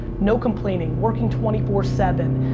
no complaining, working twenty four seven,